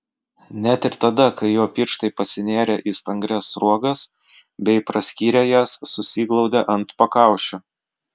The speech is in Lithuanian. net ir tada kai jo pirštai pasinėrė į stangrias sruogas bei praskyrę jas susiglaudė ant pakaušio